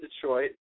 Detroit